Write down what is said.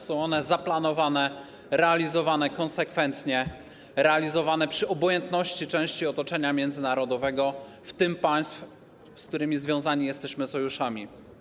Są one zaplanowane, realizowane konsekwentnie, realizowane przy obojętności części otoczenia międzynarodowego, w tym państw, z którymi związani jesteśmy sojuszami.